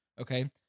Okay